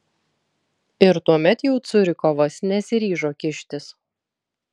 ir tuomet jau curikovas nesiryžo kištis